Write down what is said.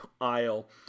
aisle